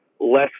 less